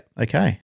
Okay